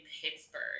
Pittsburgh